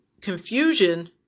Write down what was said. confusion